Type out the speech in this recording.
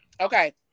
Okay